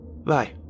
Bye